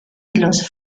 los